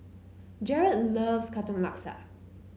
Jarrod loves Katong Laksa